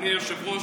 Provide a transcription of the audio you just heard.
אדוני היושב-ראש,